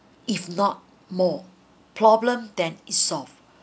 if not more problems than it solves